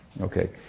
Okay